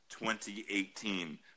2018